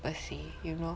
per say you know